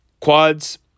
quads